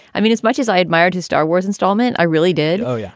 i mean, as much as i admired his star wars installment, i really did. oh, yeah.